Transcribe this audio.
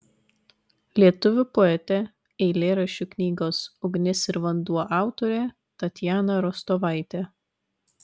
lietuvių poetė eilėraščių knygos ugnis ir vanduo autorė tatjana rostovaitė